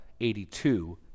82